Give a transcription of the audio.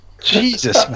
Jesus